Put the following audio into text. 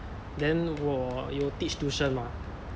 then 我有 teach tuition mah